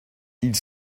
ils